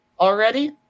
already